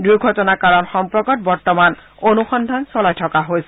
দুৰ্ঘটনাৰ কাৰণ সম্পৰ্কত বৰ্তমান অনুসন্ধান চলাই থকা হৈছে